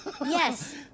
Yes